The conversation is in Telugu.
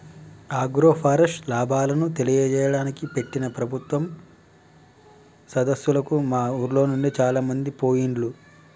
ఆగ్రోఫారెస్ట్ లాభాలను తెలియజేయడానికి పెట్టిన ప్రభుత్వం సదస్సులకు మా ఉర్లోనుండి చాలామంది పోయిండ్లు